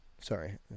Sorry